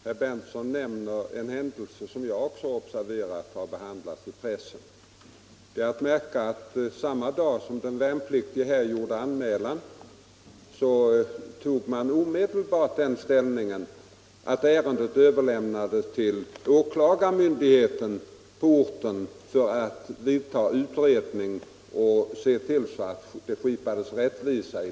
Herr talman! Herr Berndtson nämner en händelse som jag också observerat i pressen. Sedan den värnpliktige gjort sin anmälan överlämnades ärendet omedelbart till åklagarmyndigheten på orten för utredning och för skipande av rättvisa.